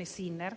tutti